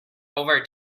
over